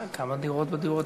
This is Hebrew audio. כמה דירות בדיור הציבורי.